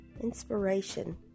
Inspiration